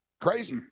Crazy